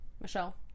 Michelle